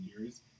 years